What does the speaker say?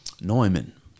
Neumann